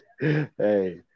Hey